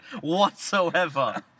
whatsoever